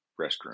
restroom